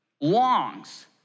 longs